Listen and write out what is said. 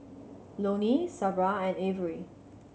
Loney Sabra and Averie